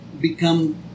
become